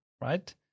right